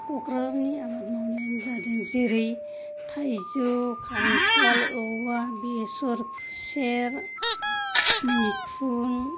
क'क्राझारनि आबाद मावनायानो जादों जेरै थाइजौ खान्थाल औवा बेसर खुसेर मैखुन